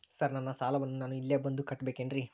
Sir ನನ್ನ ಸಾಲವನ್ನು ನಾನು ಇಲ್ಲೇ ಬಂದು ಕಟ್ಟಬೇಕೇನ್ರಿ?